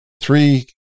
three